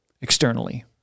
externally